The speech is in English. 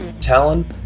Talon